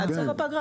עד סוף הפגרה,